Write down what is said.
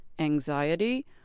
anxiety